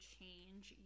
Change